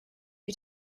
you